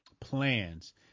plans